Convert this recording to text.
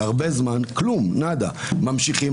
זה הרבה זמן, וכלום, נאדה, ממשיכים.